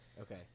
Okay